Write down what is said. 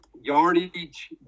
yardage